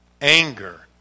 anger